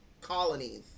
colonies